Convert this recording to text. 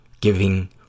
giving